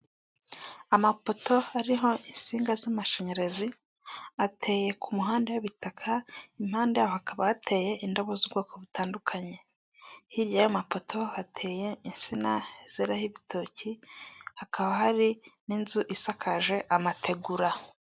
Amapoto ariho insinga z'amashanyarazi ateye ku muhanda w'ibitaka, impande yaho hakaba hateye indabo z'ubwoko butandukanye . Hirya y'amapoto hateye insina zeraho ibitoki hakaba hari n'inzu isakaje amategura.